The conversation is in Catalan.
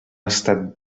estat